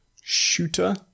shooter